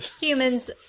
Humans